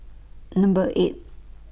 Number eight